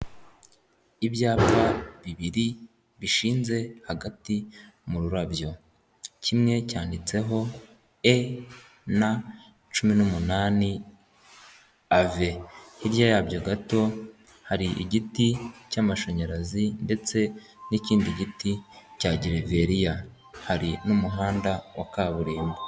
Ibyapa bibiri bishinze hagati mu rurabyo, kimwe cyanditseho EN na cumi n'umunani AVE hirya yabyo gato hari igiti cy'amashanyarazi ndetse n'i ikindi giti cya gereveriya ,hari n'umuhanda wa kaburimbo.